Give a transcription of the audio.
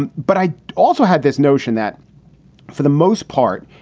and but i also had this notion that for the most part,